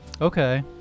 Okay